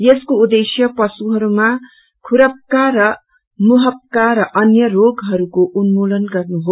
यसको उद्देश्य प्शुहरूमा खुरपका र मुहपका र अन्य रोगहरूको उन्मूलन गर्नु हो